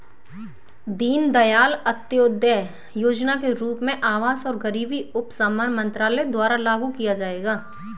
दीनदयाल अंत्योदय योजना के रूप में आवास और गरीबी उपशमन मंत्रालय द्वारा लागू किया जाएगा